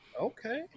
okay